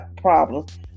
problems